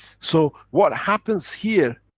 so what happens here,